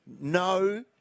no